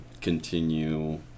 continue